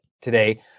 today